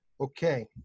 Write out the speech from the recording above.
Okay